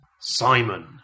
Simon